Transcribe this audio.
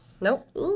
nope